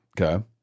Okay